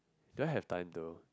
do I have time though